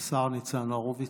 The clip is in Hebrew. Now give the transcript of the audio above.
השר ניצן הורוביץ,